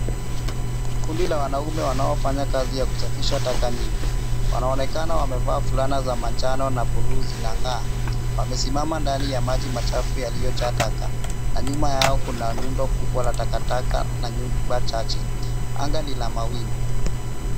Kundi la wanaume wanao fanya kazi ya kusafisha taka nyingi. Wanaonekana wamevaa fulana za manjano na buluu zinang'aa. Wamesimama ndani ya maji machafu yaliyojaa taka na nyuma yao kuna nundo kubwa la takataka na nyumba chache. Anga ni la mawingu.